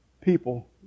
people